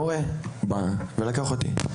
מורה בא ולקח אותי,